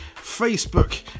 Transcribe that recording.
Facebook